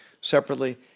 separately